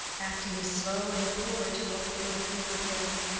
acting is slow and poor to what we go through within.